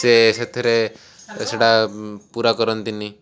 ସିଏ ସେଥିରେ ସେଇଟା ପୂରା କରନ୍ତିନି